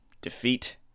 defeat